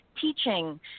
teaching